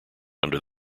under